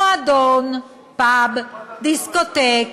מועדון, פאב, דיסקוטק,